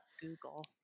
Google